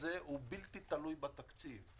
בלתי תלוי בתקציב.